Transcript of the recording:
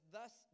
Thus